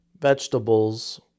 Vegetables